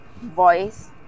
Voice